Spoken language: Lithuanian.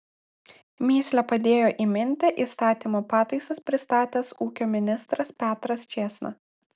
mįslę padėjo įminti įstatymo pataisas pristatęs ūkio ministras petras čėsna